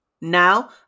now